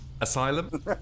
asylum